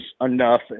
enough